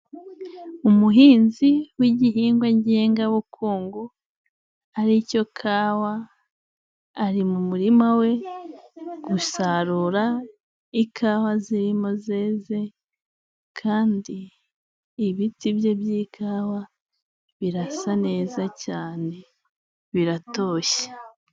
Umuhinzi w'igihingwa ngengabukungu, aricyo kawa, ari mu muma we, gusarura ikawa zirimo zeze kandi ibiti bye by'ikawa, birasa neza cyane, biratoshye.